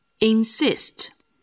Insist